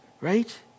right